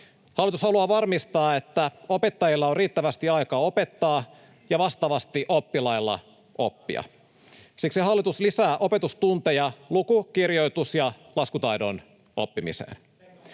Hallitus haluaa varmistaa, että opettajilla on riittävästi aikaa opettaa ja vastaavasti oppilailla oppia. Siksi hallitus lisää opetustunteja luku-, kirjoitus- ja laskutaidon oppimiseen.